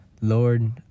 Lord